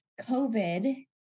COVID